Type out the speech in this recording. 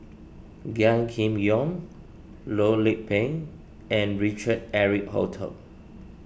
Gan Kim Yong Loh Lik Peng and Richard Eric Holttum